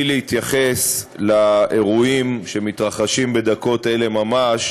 להתייחס לאירועים שמתרחשים בדקות אלה ממש